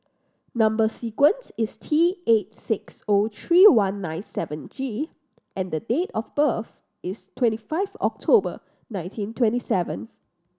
number sequence is T eight six O three one nine seven G and the date of birth is twenty five October nineteen twenty seven